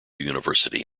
university